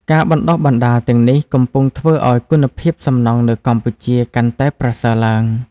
ការបណ្តុះបណ្តាលទាំងនេះកំពុងធ្វើឱ្យគុណភាពសំណង់នៅកម្ពុជាកាន់តែប្រសើរឡើង។